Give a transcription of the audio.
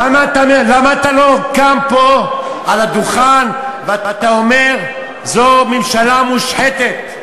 למה אתה לא קם פה על הדוכן ואומר: זו ממשלה מושחתת?